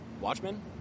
Watchmen